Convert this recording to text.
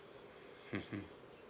mmhmm